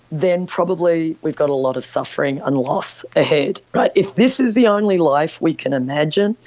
then probably we've got a lot of suffering and loss ahead. but if this is the only life we can imagine,